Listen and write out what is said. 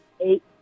eight